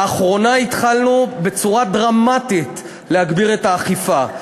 לאחרונה התחלנו, בצורה דרמטית, להגביר את האכיפה.